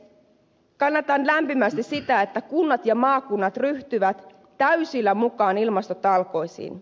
kannatan lämpimästi sitä että kunnat ja maakunnat ryhtyvät täysillä mukaan ilmastotalkoisiin